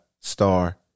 star